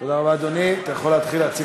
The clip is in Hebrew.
תודה רבה, אדוני, אתה יכול להתחיל להציג את החוק.